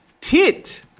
Tit